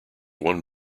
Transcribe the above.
one